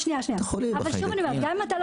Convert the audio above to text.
אבל לגבי חולים יש גם עניין החיידקים.